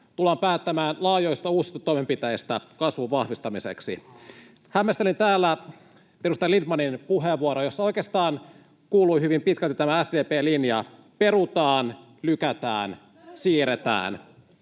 tullaan päättämään laajoista uusista toimenpiteistä kasvun vahvistamiseksi. Hämmästelin täällä edustaja Lindtmanin puheenvuoroa, jossa oikeastaan kuului hyvin pitkälti tämä SDP:n linja: perutaan, lykätään, siirretään.